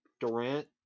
Durant